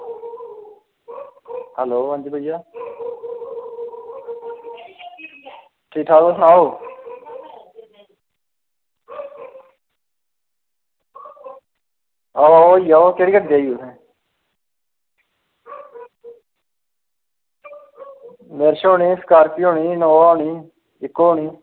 hello हां जी भैया ठीक ठाक तुस सनाओ आहो होई जाह्ग केह्ड़ी गड्डी चाहिदी तुसें विस्टा होनी स्कार्पियो होनी इनोवा होनी ईको होनी